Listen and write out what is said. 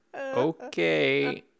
okay